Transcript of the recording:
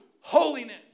holiness